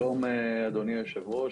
שלום, אדוני היושב-ראש,